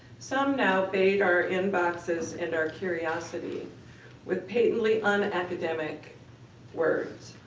some now bait our inboxes and our curiosity with patently un-academic words.